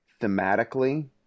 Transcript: thematically